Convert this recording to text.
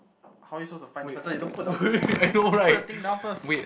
how you supposed to find the person if you don't put the pl~ put the thing down first